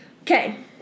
Okay